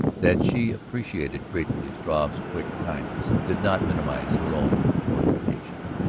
that she appreciated gratefully struve's quick kindness did not minimize her own mortification.